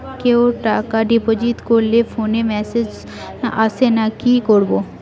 কেউ টাকা ডিপোজিট করলে ফোনে মেসেজ আসেনা কি করবো?